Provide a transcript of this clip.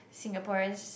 Singaporeans